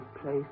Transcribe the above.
place